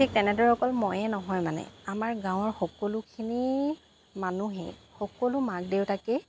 ঠিক তেনেদৰে অকল ময়ে নহয় মানে আমাৰ গাঁৱৰ সকলোখিনি মানুহেই সকলো মাক দেউতাকে